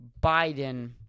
Biden